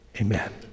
amen